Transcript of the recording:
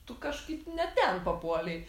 tu kažkaip ne ten papuolei